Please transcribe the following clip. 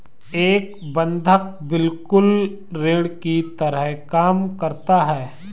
एक बंधक बिल्कुल ऋण की तरह काम करता है